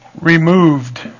removed